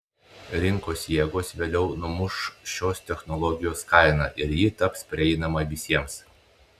rinkos jėgos vėliau numuš šios technologijos kainą ir ji taps prieinama visiems